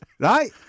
Right